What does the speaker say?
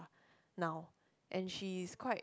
now and she's quite